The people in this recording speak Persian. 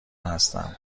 هستم